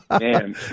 Man